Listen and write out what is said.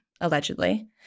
Allegedly